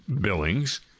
Billings